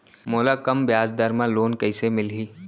मोला कम ब्याजदर में लोन कइसे मिलही?